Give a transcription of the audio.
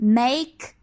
make